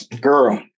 girl